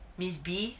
miss B